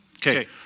Okay